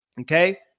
Okay